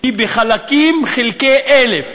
היא בחלקים, חלקי 1,000,